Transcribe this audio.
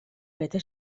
bete